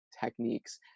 techniques